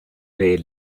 beer